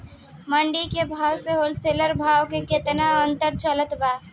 मंडी के भाव से होलसेल भाव मे केतना के अंतर चलत बा?